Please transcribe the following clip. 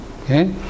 Okay